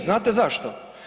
Znate zašto?